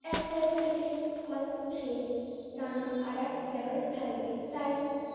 এক জায়গা থেকে ফল খেয়ে দানা আর এক জায়গায় ফেলে তাই